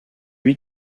lui